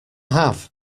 have